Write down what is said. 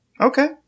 Okay